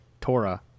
Torah